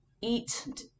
eat